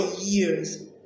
years